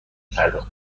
پرداخت